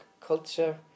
culture